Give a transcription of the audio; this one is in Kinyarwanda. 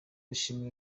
dushimiye